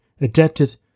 adapted